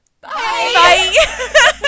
Bye